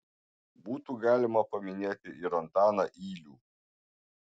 būtų galima paminėti ir antaną ylių